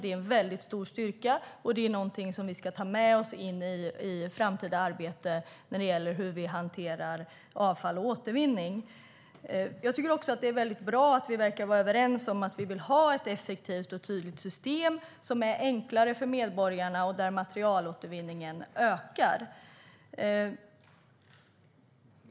Det är en stor styrka och något som vi ska ta med oss in i vårt framtida arbete med hur vi hanterar avfall och återvinning. Det är också bra att vi verkar vara överens om att vi vill ha ett effektivt och tydligt system som är enklare för medborgarna och där materialåtervinningen ökar.